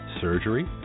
surgery